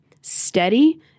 steady